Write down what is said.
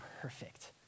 perfect